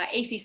ACC